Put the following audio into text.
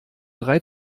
drei